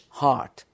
heart